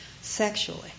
sexually